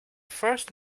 first